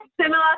similar